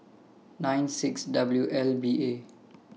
nine six W L B A